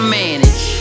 manage